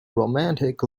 romantic